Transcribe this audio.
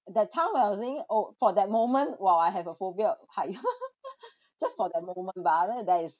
that time when I was thinking oh for that moment while I have a phobia of height just for that moment but I think after that is